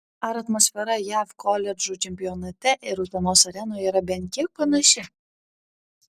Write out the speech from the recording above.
ar atmosfera jav koledžų čempionate ir utenos arenoje yra bent kiek panaši